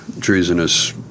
treasonous